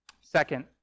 Second